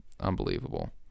unbelievable